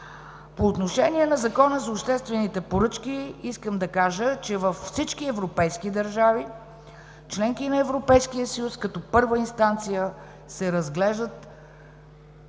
По отношение на Закона за обществените поръчки, искам да кажа, че във всички европейски държави – членки на Европейския съюз, като първа инстанция се разглеждат